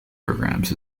programs